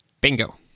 Bingo